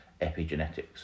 epigenetics